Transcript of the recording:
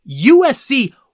USC